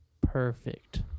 perfect